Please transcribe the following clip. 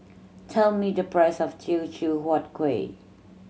tell me the price of Teochew Huat Kueh